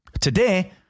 Today